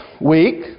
week